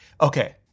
Okay